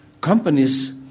companies